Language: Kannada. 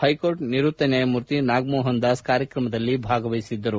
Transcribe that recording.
ಹೈಕೋರ್ಟ್ ನಿವೃತ್ತ ನ್ವಾಯಮೂರ್ತಿ ನಾಗಮೋಹನ್ ದಾಸ್ ಕಾರ್ಯಕ್ರಮದಲ್ಲಿ ಭಾಗವಹಿಸಿದ್ದರು